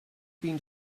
been